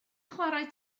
chwarae